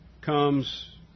comes